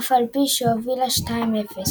אף על פי שהובילה 2 - 0.